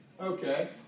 Okay